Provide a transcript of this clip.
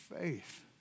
faith